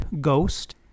ghost